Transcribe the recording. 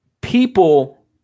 people